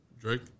Drake